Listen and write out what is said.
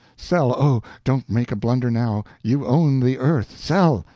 sell oh, don't make a blunder, now, you own the earth sell,